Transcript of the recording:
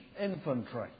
infantry